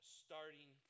starting